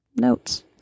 notes